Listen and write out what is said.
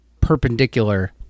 perpendicular